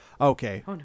Okay